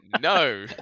No